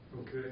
Okay